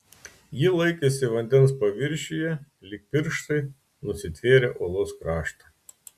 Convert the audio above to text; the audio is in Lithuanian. ji laikėsi vandens paviršiuje lyg pirštai nusitvėrę uolos krašto